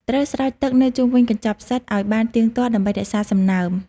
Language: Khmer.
ត្រូវស្រោចទឹកនៅជុំវិញកញ្ចប់ផ្សិតឲ្យបានទៀងទាត់ ដើម្បីរក្សាសំណើម។